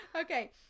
Okay